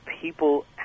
people